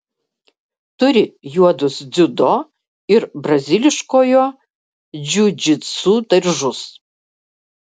turi juodus dziudo ir braziliškojo džiudžitsu diržus